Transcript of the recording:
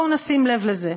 בואו נשים לב לזה.